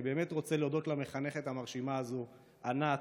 אני באמת רוצה להודות למחנכת המרשימה הזו, ענת,